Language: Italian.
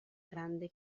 grande